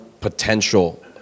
potential